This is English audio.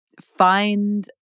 find